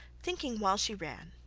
thinking while she ran,